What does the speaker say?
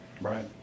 right